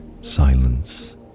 silence